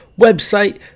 website